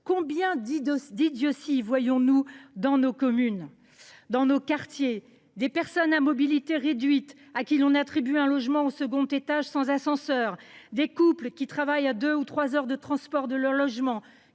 Combien d’idioties voyons nous dans nos communes, dans nos quartiers ? Des personnes à mobilité réduite auxquelles on attribue un logement au second étage sans ascenseur ; des couples, qui travaillent à deux ou trois heures de transport de leur logement